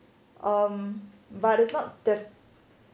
um but it's not the